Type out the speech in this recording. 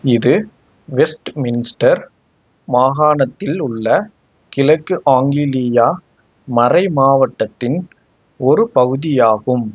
இது Westminster மாகாணத்தில் உள்ள கிழக்கு ஆங்கிலியா மறைமாவட்டத்தின் ஒரு பகுதியாகும்